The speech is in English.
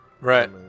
Right